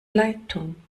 leitung